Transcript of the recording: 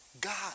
God